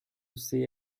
say